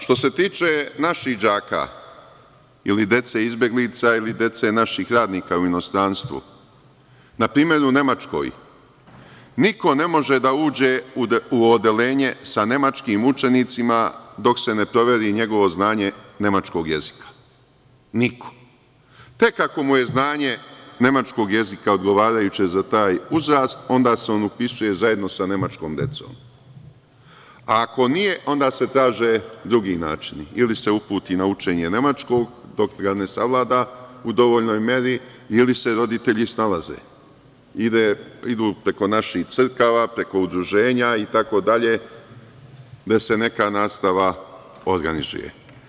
Što se tiče naših đaka ili dece izbeglica ili dece naših radnika u inostranstvu, npr. u Nemačkoj niko ne može da uđe u odeljenje sa nemačkim učenicima dok se ne proveri njegovo znanje nemačkog jezika, niko, tek ako mu je znanje nemačkog jezika odgovarajuće za taj uzrast, onda se on upisuje zajedno sa nemačkom decom, a ako nije, onda se traže drugi načini, ili se uputi na učenje nemačkog dok ga ne savlada u dovoljnoj meri ili se roditelji snalaze, idu preko naših crkava, preko udruženja itd, gde se neka nastava organizuje.